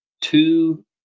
two